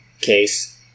case